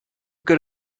good